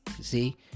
see